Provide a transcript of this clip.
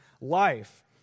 life